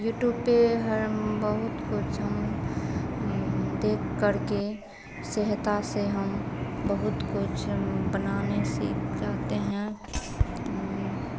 YouTube पर हम बहुत कुछ हम देख कर के सहायता से हम बहुत कुछ हम बनाने सीख जाते हैं